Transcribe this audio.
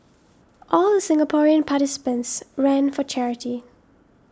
all the Singaporean participants ran for charity